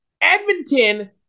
Edmonton